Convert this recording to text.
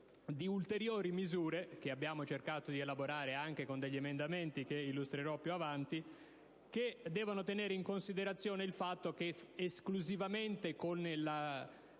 di ulteriori misure, che abbiamo cercato di elaborare anche con degli emendamenti che illustrerò più avanti, che devono tenere in considerazione il fatto che la sola